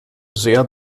sehr